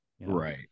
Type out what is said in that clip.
right